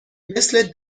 مثل